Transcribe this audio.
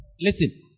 Listen